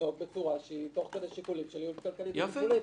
לנהוג תוך שיקולים של יעילות כלכלית ותפעולית,